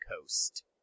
Coast